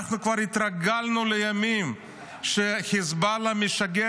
אנחנו כבר התרגלנו לימים שחיזבאללה משגר